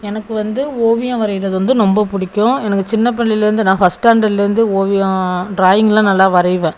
எனக்கு வந்து ஓவியம் வரைகிறது வந்து ரொம்ப பிடிக்கும் எனக்கு சின்ன பிள்ளையிலருந்து நான் ஃபஸ்ட்டாண்டட்லேயிருந்து ஓவியம் ட்ராயிங்லாம் நல்லா வரையுவேன்